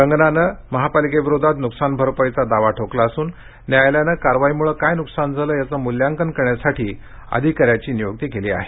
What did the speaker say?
कंगनानं महापालिकेविरोधात नुकसान भरपाईचा दावा ठोकला असून न्यायालयानं कारवाईमुळे काय नुकसान झाले याचं मूल्यांकन करण्यासाठी अधिकाऱ्याची नियुक्ती केली आहे